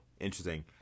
interesting